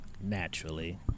Naturally